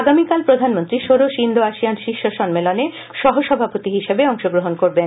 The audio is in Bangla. আগামীকাল প্রধানমন্ত্রী ষোড়শ ইন্দো আসিয়ান শীর্ষ সম্মেলনে সহ সভাপতি হিসেবে অংশ গ্রহণ করবেন